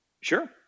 Sure